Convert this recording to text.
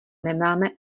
nemáme